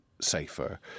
safer